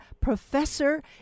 professor